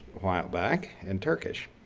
awhile back and turkish.